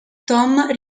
tom